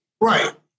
Right